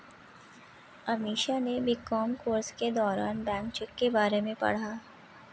अमीषा ने B Com course के दौरान बैंक चेक के बारे में पढ़ा